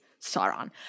Sauron